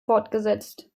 fortgesetzt